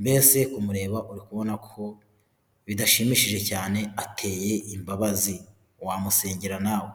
mbese kumureba uri kubona ko bidashimishije cyane ateye imbabazi. Wamusengera nawe.